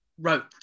wrote